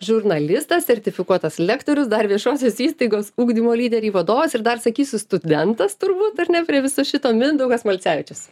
žurnalistas sertifikuotas lektorius dar viešosios įstaigos ugdymo lyderiai vadovas ir dar sakysiu studentas turbūt ar ne prie viso šito mindaugas malcevičius